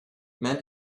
men